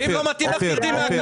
ואם לא מתאים לך, תרדי מהקו.